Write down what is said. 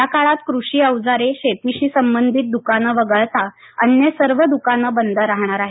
या काळात कृषी अवजारे शेतीशी संबधित दुकानं वगळता अन्य सर्व दुकानं बंद राहणार आहेत